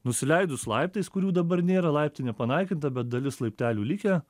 nusileidus laiptais kurių dabar nėra laiptinė panaikinta bet dalis laiptelių likę